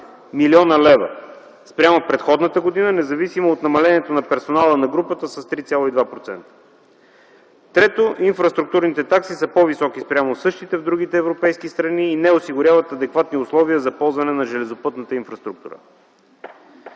млн. лв. спрямо предходната година, независимо от намалението на персонала на групата с 3,2%. Трето, инфраструктурните такси са по-високи спрямо същите в другите европейски страни и не осигуряват адекватни условия за ползване на железопътната инфраструктура.